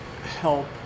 help